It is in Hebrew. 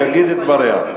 אני קורא אותך לסדר פעם שנייה.